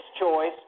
choice